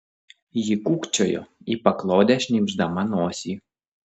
ji kūkčiojo į paklodę šnypšdama nosį